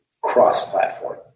cross-platform